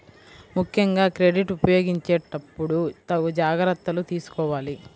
ముక్కెంగా క్రెడిట్ ఉపయోగించేటప్పుడు తగు జాగర్తలు తీసుకోవాలి